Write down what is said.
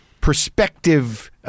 perspective